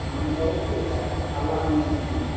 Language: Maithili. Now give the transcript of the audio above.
हॅं तऽ बहुतेक हल्ला सुनै छी